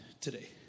today